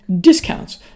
discounts